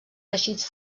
teixits